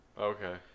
Okay